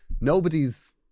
Nobody's